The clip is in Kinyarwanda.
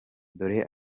dore